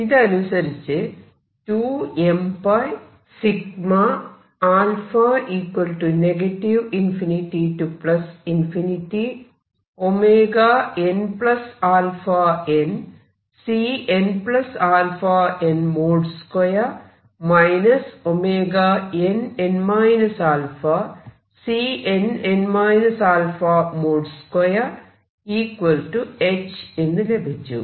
ഇതനുസരിച്ച് 2m πα ∞nαn|Cnαn |2 nn α|Cnn α |2h എന്ന് ലഭിച്ചു